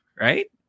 Right